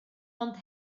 ond